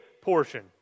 portion